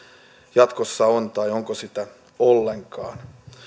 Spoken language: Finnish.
jatkossa on onko sitä ollenkaan